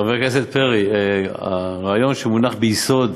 חבר הכנסת פרי, הרעיון שמונח ביסוד